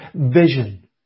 vision